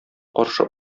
каршы